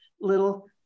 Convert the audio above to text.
little